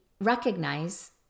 recognize